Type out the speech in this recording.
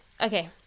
Okay